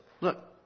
look